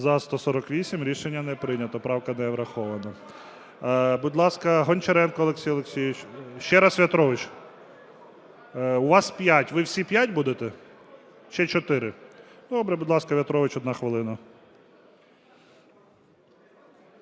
За-148 Рішення не прийнято. Правка не врахована. Будь ласка, Гончаренко Олексій Олексійович. Ще раз В'ятрович. У вас п'ять. Ви всі п'ять будете чи чотири? Добре, будь ласка, В'ятрович – 1 хвилина.